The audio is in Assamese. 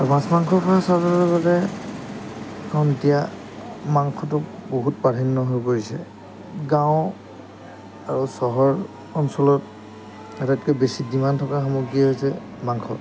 মাছ মাংস এতিয়া মাংসটো বহুত প্ৰাধান্য হৈ পৰিছে গাঁও আৰু চহৰ অঞ্চলত আটাইতকৈ বেছি ডিমাণ্ড থকা সামগ্ৰী হৈছে মাংস